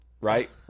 right